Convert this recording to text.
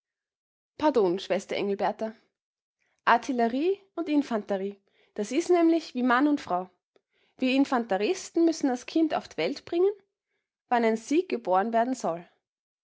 pardon schwester engelberta artillerie und infanterie das is nämlich wie mann und frau wir infanteristen müssen das kind auf d'welt bringen wann ein sieg geboren werden soll